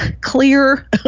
clear